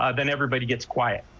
ah then everybody gets quiet.